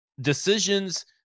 decisions